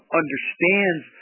understands